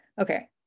Okay